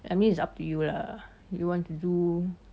I mean it's up to you lah you want to do